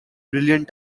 brilliant